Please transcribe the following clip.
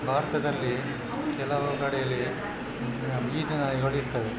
ಭಾರತದಲ್ಲಿ ಕೆಲವು ಕಡೆಯಲ್ಲಿ ಬೀದಿ ನಾಯಿಗಳಿರ್ತವೆ